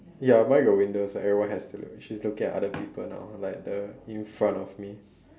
ya mine got windows everyone has to look she's looking at other people now like the in front of me